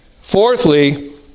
Fourthly